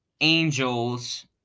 Angels